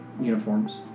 uniforms